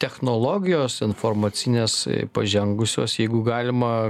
technologijos informacinės pažengusios jeigu galima